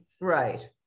Right